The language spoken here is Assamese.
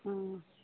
অঁ